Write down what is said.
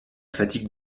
fatigue